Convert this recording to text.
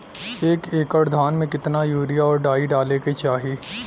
एक एकड़ धान में कितना यूरिया और डाई डाले के चाही?